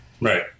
Right